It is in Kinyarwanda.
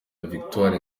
victoire